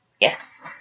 Yes